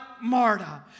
Marta